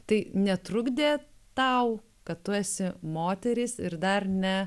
tai netrukdė tau kad tu esi moteris ir dar ne